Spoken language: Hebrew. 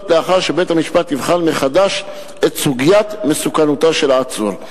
לאחר שבית-המשפט יבחן מחדש את סוגיית מסוכנותו של העצור.